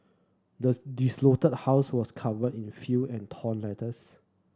the desolated house was covered in filth and torn letters